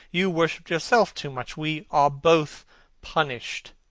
you worshipped yourself too much. we are both punished.